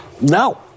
no